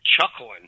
chuckling